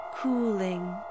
cooling